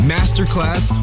Masterclass